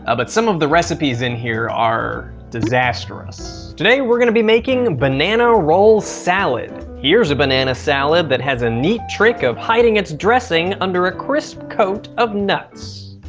ah but some of the recipes in here are disastrous. today we're gonna be making banana-roll salad. here's a banana salad that has a neat trick of hiding its dressing under a crisp coat of nuts.